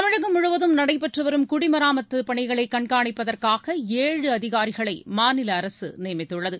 தமிழகம் முழுவதும் நடைபெற்று வரும் குடிமராமத்துப் பனிகளை கண்காணிப்பதற்காக ஏழு அதிகாரிகளை மாநில அரசு நியமித்துள்ளது